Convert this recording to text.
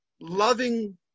loving